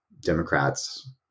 Democrats